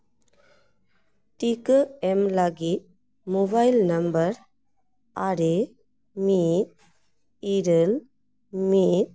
ᱴᱤᱠᱟᱹ ᱮᱢ ᱞᱟᱹᱜᱤᱫ ᱢᱳᱵᱟᱭᱤᱞ ᱱᱟᱢᱵᱟᱨ ᱟᱨᱮ ᱢᱤᱫ ᱤᱨᱟᱹᱞ ᱢᱤᱫ